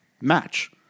match